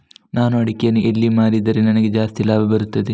ನಾನು ಅಡಿಕೆಯನ್ನು ಎಲ್ಲಿ ಮಾರಿದರೆ ನನಗೆ ಜಾಸ್ತಿ ಲಾಭ ಬರುತ್ತದೆ?